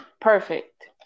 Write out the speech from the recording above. Perfect